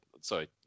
Sorry